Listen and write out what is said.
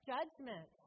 Judgment